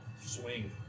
swing